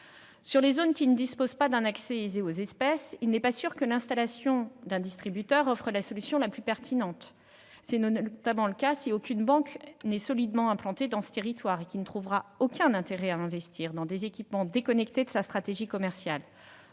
Dans les zones qui ne disposent pas d'un accès aisé aux espèces, il n'est pas sûr que l'installation d'un DAB offre la solution la plus pertinente. C'est notamment le cas lorsqu'aucune banque n'est solidement implantée dans ce territoire, qui ne trouvera aucun intérêt à investir dans des équipements déconnectés de sa stratégie commerciale.